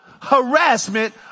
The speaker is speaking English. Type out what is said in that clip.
harassment